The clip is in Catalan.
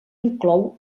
inclou